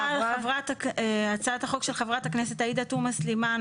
0 אושר הצבעה על הצעת החוק של חברת הכנסת עאידה תומא סלימאן,